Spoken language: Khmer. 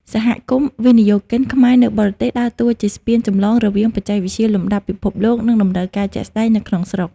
សហគមន៍វិនិយោគិនខ្មែរនៅបរទេស ដើរតួជាស្ពានចម្លងរវាងបច្ចេកវិទ្យាលំដាប់ពិភពលោក និងតម្រូវការជាក់ស្ដែងនៅក្នុងស្រុក។